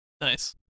nice